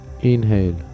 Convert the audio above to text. Inhale